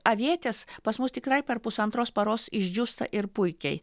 avietės pas mus tikrai per pusantros paros išdžiūsta ir puikiai